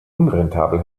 unrentabel